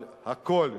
אבל הכול,